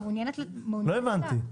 לא הבנתי.